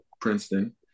Princeton